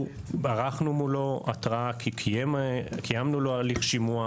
הוא ערכנו מולו התראה, כי קיימנו לו הליך שימוע.